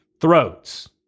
throats